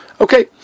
Okay